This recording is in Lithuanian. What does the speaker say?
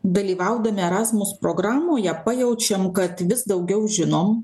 dalyvaudami erasmus programoje pajaučiam kad vis daugiau žinom